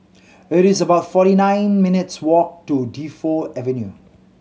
it is about forty nine minutes' walk to Defu Avenue